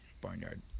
barnyard